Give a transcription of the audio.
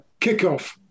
kickoff